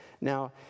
Now